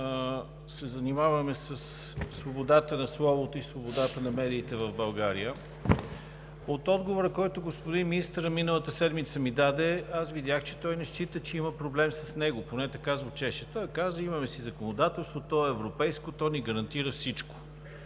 се занимаваме със свободата на словото и свободата на медиите в България? От отговора, който господин министърът миналата седмица ми даде, аз видях, че той не счита, че има проблем с него. Поне така звучеше. Той каза: „Имаме си законодателство, то е европейско, то ни гарантира всичко.“